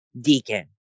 Deacon